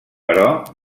però